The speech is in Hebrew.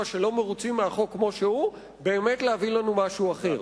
שלא מרוצים מהחוק כמו שהוא באמת להביא לנו משהו אחר,